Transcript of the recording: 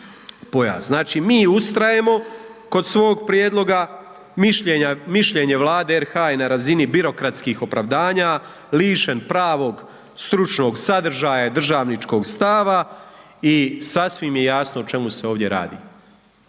Znači, mi ustrajemo kod svog prijedloga. Mišljenje Vlade RH je na razini birokratskih opravdanja, lišen pravog stručnog sadržaja i državničkog stava i sasvim je jasno o čemu se ovdje radi.